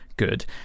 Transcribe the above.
good